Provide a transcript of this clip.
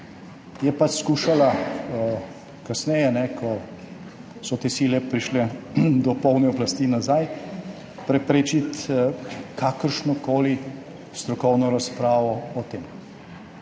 je pač skušala kasneje, ko so te sile prišle do polne oblasti nazaj, preprečiti kakršnokoli strokovno razpravo o tem.